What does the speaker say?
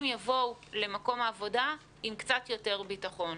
יבואו למקום העבודה עם קצת יותר ביטחון.